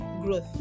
growth